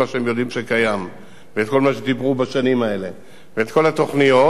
שהם יודעים שקיים ואת כל מה שדיברו בשנים האלה ואת כל התוכניות,